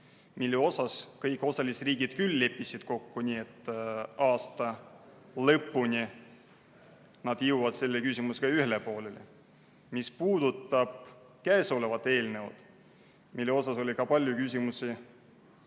mille puhul kõik osalisriigid leppisid kokku nii, et aasta lõpuks nad jõuavad selle küsimusega ühele poole. Mis puudutab käesolevat eelnõu, mille kohta oli ka palju küsimusi